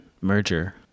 merger